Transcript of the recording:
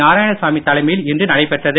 நாராயணசாமி தலைமையில் இன்று நடைபெற்றது